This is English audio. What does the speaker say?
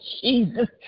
Jesus